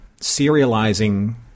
serializing